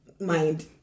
mind